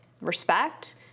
respect